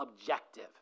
objective